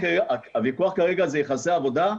הוויכוח כרגע זה יחסי עבודה?